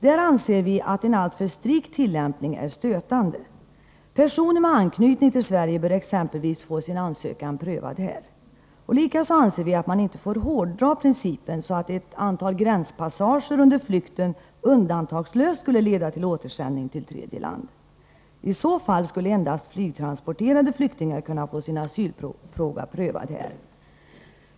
Vi anser att en alltför strikt tillämpning är stötande. Personer med anknytning till Sverige bör exempelvis få sin ansökan prövad här. Likaså anser vi att man inte får hårdra principen, så att ett antal gränspassager under flykten undantagslöst skulle leda till återsändning till tredje land. I så fall skulle endast flygtransporterade flyktingar kunna få sin asylfråga prövad här.